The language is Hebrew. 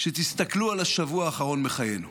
שתסתכלו על השבוע האחרון בחיינו,